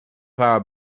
power